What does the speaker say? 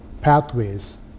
pathways